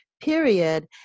period